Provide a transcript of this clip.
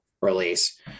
release